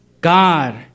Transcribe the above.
God